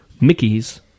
Mickey's